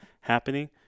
happening